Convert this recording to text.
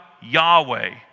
Yahweh